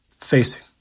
facing